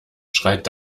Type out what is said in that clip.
schreit